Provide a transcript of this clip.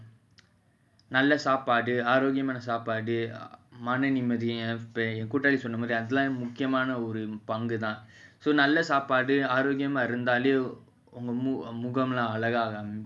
நல்லசாப்பாடுஆரோக்யமானசாப்பாடுமனநிம்மதிகூட்டத்துலசொன்னமாதிரிஅதுலாம்முக்கியமானஒருபங்குதான்:nalla sapadu arogyamana sapadu mana nimmathi kootathula sonna madhiri adhulam mukkiyamana oru panguthan so நல்லசாப்பாடுஆரோக்கியமாஇருந்தாலேஉங்கமுகம்லாம்அழகாயிடும்:nalla sapadu arogyama irunthale unga mugamlam alagayidum